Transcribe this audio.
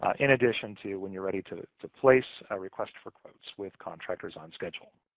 ah in addition to when you're ready to to place a request for quotes with contractors on schedule.